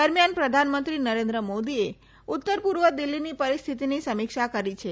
દરમ્યાન પ્રધાનમંત્રી નરેન્દ્ર મોદીએ ઉત્તર પૂર્વ દિલ્હીની પરિસ્થીતીની સમીક્ષા કરી છે